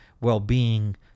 well-being